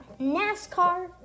NASCAR